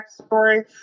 backstory